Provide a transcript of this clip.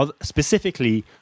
specifically